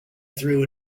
threw